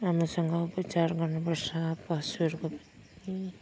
राम्रोसँग उपचार गर्नु पर्छ पशुहरूको पनि